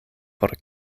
por